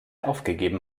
aufgegeben